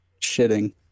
Shitting